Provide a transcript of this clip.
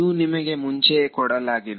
ಇದು ನಿಮಗೆ ಮುಂಚೆಯೇ ಕೊಡಲಾಗಿದೆ